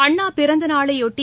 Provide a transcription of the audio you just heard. அண்ணா பிறந்தநாளை ஒட்டி